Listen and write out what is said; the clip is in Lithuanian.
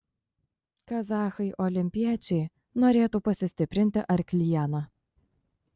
kazachai olimpiečiai norėtų pasistiprinti arkliena